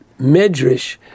Medrash